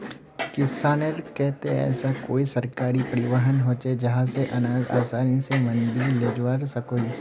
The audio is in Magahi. किसानेर केते ऐसा कोई सरकारी परिवहन होचे जहा से अनाज आसानी से मंडी लेजवा सकोहो ही?